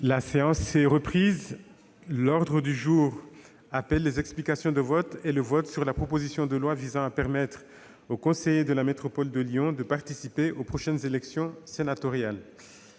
La séance est reprise. L'ordre du jour appelle les explications de vote et le vote sur la proposition de loi visant à permettre aux conseillers de la métropole de Lyon de participer aux prochaines élections sénatoriales